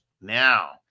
Now